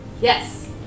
Yes